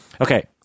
Okay